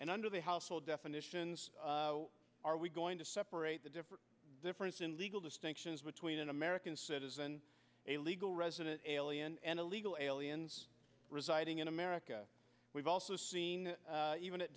and under the household definitions are we going to separate the different difference in legal distinctions between an american citizen a legal resident alien and illegal aliens residing in america we've also seen even at